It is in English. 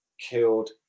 killed